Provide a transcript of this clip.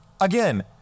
Again